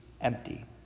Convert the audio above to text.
empty